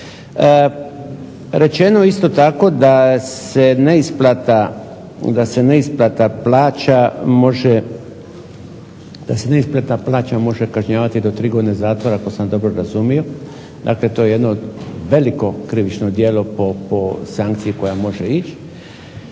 Rečeno je isto tako da se neisplata plaća može kažnjavati do tri godine zatvora ako sam dobro razumio. Dakle to je jedno veliko krivično djelo po sankciji koja može ići,